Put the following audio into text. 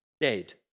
dead